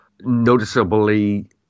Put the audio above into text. noticeably